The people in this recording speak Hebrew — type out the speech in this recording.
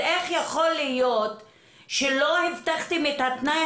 אז איך יכול להיות שלא הבטחתם את התנאי